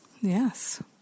Yes